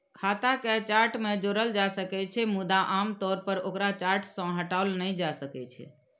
खाता कें चार्ट मे जोड़ल जा सकै छै, मुदा आम तौर पर ओकरा चार्ट सं हटाओल नहि जाइ छै